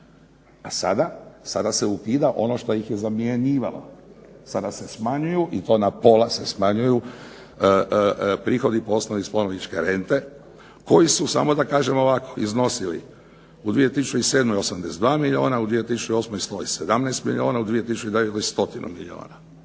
sada se ukida ono što ih je zamjenjivalo, sada se smanjuju i to na pola se smanjuju prihodi po osnovi spomeničke rente koji su, samo da kažem ovako, iznosili u 2007. 82 milijuna, u 2008. 117 milijuna, u 2009. 100 milijuna.